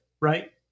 right